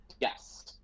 Yes